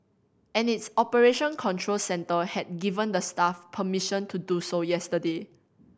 and its operation control centre had given the staff permission to do so yesterday